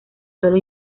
solo